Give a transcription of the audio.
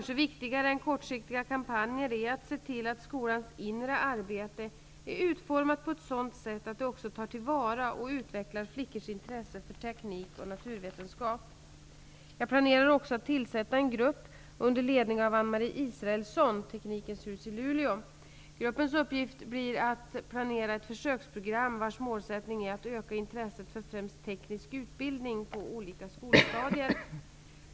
Det kanske är viktigare att se till att skolans inre arbete är utformat på ett sådant sätt att det också tar till vara och utvecklar flickors intresse för teknik och naturvetenskap än att satsa på kortsiktiga kampanjer. Jag planerar också att tillsätta en grupp under ledning av AnneMarie Israelsson på Teknikens Hus i Luleå. Gruppens uppgift blir att planera ett försöksprogram vars målsättning är att öka intresset för främst teknisk utbildning på olika skolstadier.